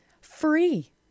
free